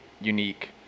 unique